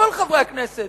כל חברי הכנסת,